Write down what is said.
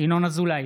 ינון אזולאי,